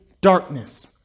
darkness